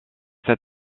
cet